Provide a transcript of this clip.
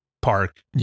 park